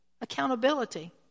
Accountability